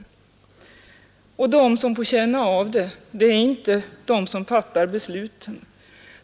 Och de som får känna av det är inte de som fattar besluten.